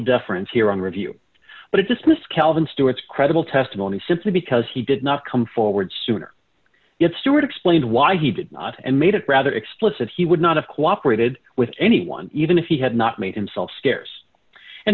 difference here on review but it just missed calvin stewart's credible testimony simply because he did not come forward sooner it's stewart explained why he did not and made it rather explicit he would not have cooperated with anyone even if he had not made himself scarce and